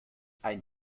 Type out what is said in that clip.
ein